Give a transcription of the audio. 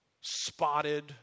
spotted